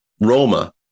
Roma